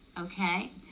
okay